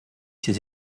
ses